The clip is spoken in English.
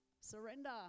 Surrender